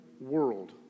world